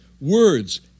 words